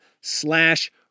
slash